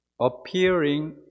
Appearing